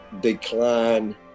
decline